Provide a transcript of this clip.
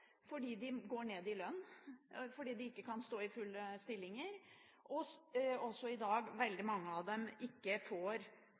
fordi de går ned i lønn, fordi de ikke kan stå i fulle stillinger – i dag